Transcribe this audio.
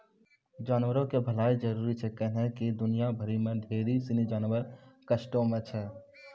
जानवरो के भलाइ जरुरी छै कैहने कि दुनिया भरि मे ढेरी सिनी जानवर कष्टो मे छै